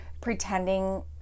pretending